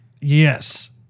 yes